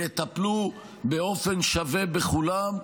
יטפלו באופן שווה בכולם,